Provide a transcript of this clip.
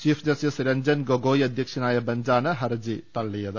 chief justice Ranjan Gogoi അധ്യക്ഷനായ ബെഞ്ചാണ് ഹർജി തള്ളിയത്